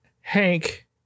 Hank